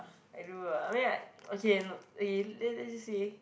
I don't know lah I mean like okay okay let let see